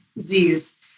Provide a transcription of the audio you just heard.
Z's